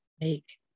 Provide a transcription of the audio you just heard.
Make